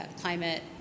climate